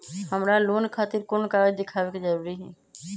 हमरा लोन खतिर कोन कागज दिखावे के जरूरी हई?